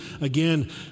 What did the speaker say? again